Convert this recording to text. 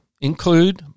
include